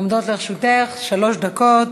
עומדות לרשותך שלוש דקות.